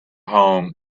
home